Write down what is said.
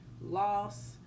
loss